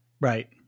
Right